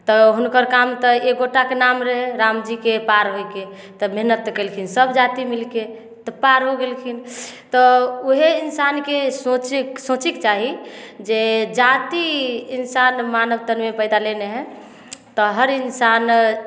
तऽ हुनकर काम तऽ एक गोटाके नाम रहै रामजीके पार होइके तऽ मेहनति तऽ केलखिन सब जाति मिलिके तऽ पार हो गेलखिन तऽ ओहे इन्सानके सोचै सोचैके चाही जे जाति इन्सान मानव तऽ नहि पैदा लेने हइ तऽ हर इन्सान